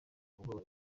bwoba